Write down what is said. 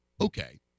okay